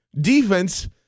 defense